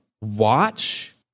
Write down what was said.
watch